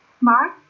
mark